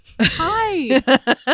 Hi